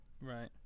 right